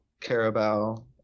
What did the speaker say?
Carabao